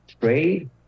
trade